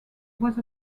was